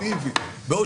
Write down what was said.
חברים, די, בבקשה.